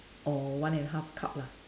or one and a half cup lah